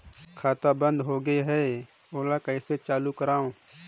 खाता बन्द होगे है ओला कइसे चालू करवाओ?